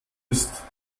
ist